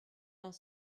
vingt